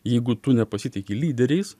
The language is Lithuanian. jeigu tu nepasitiki lyderiais